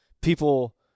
people